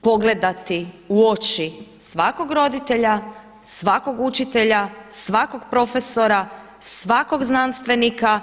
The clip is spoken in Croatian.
pogledati u oči svakog roditelja, svakog učitelja, svakog profesora, svakog znanstvenika